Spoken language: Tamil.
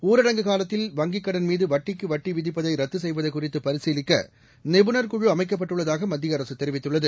ஊரடங்கு காலத்தில் வங்கிக் கடன்மீது வட்டிக்கு வட்டி விதிப்பதை ரத்து செய்வது குறித்து பரிசீலிக்க நிபுணர் குழு அமைக்கப்பட்டுள்ளதாக மத்திய அரசு தெரிவித்துள்ளது